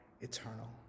eternal